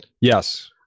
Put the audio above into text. Yes